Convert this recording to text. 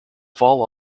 fall